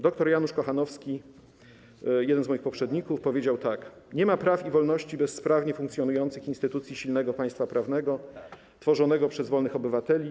Doktor Janusz Kochanowski, jeden z moich poprzedników, powiedział tak: Nie ma praw i wolności bez sprawnie funkcjonujących instytucji silnego państwa prawnego, tworzonego przez wolnych obywateli.